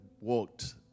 walked